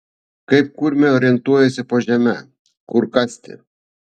kaip kurmiai orientuojasi po žeme kur kasti